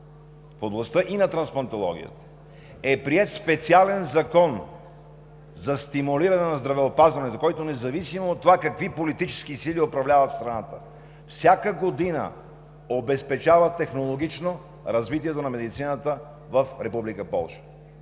в областта и на трансплантологията, е приет специален закон за стимулиране на здравеопазването, който, независимо от това какви политически сили управляват страната, всяка година обезпечава технологично развитието на медицината в